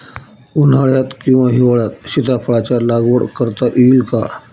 उन्हाळ्यात किंवा हिवाळ्यात सीताफळाच्या लागवड करता येईल का?